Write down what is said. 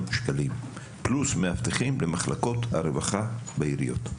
שקלים פלוס מאבטחים למחלקות הרווחה בעיריות,